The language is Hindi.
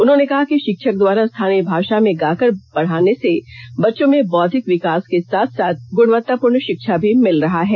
उन्होंने कहा कि षिक्षक द्वारा स्थानीय भाषा में गाकर बढ़ाने से बच्चों में बोद्विक विकास के साथ साथ गुणवत्तापूर्ण षिक्षा भी मिल रहा है